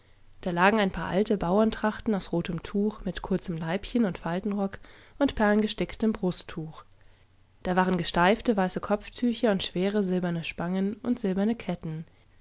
da lagen ein paar alte bauerntrachten aus rotem tuch mit kurzem leibchenundfaltenrockundperlengesticktembrusttuch dawarengesteifte weiße kopftücher und schwere silberne spangen und silberne ketten